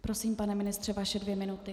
Prosím, pane ministře, vaše dvě minuty.